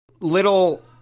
Little